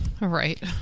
Right